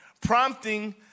prompting